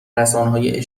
رسانههای